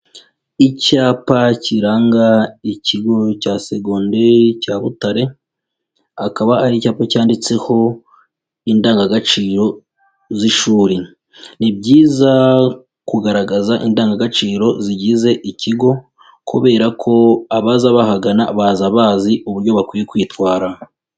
Icyapa kiranga ikigo cya segonderi cya Butare, akaba ari icyapa cyanditseho indangagaciro z'ishuri. Ni byiza kugaragaza indangagaciro zigize ikigo kubera ko abaza bahagana baza bazi uburyo bakwiye kwitwara.